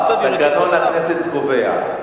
תקנון הכנסת קובע,